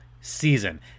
season